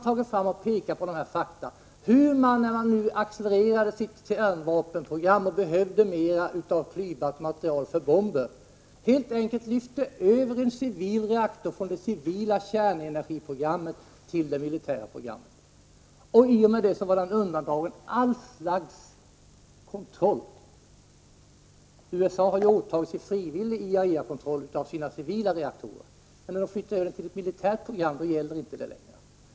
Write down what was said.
Där pekas på hur man, när man accelererade sitt kärnvapenprogram och behövde mer av klyvbart material för tillverkningen av bomber, helt enkelt lyfte över en civil reaktor från det civila kärnenergiprogrammet till det militära programmet. I och med detta var verksamheten undantagen allt slags kontroll. USA har frivilligt gått med på IAEA-kontroll när det gäller de civila reaktorerna, men när de för över reaktorer till ett militärt program gäller detta inte längre.